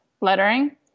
lettering